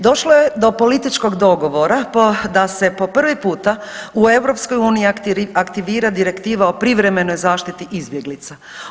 Došlo je do političkog dogovora po da se po prvi puta u EU aktivira Direktiva o privremenoj zaštiti izbjeglica.